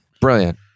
Brilliant